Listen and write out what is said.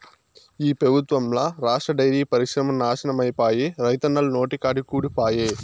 ఈ పెబుత్వంల రాష్ట్ర డైరీ పరిశ్రమ నాశనమైపాయే, రైతన్నల నోటికాడి కూడు పాయె